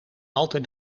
altijd